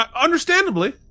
understandably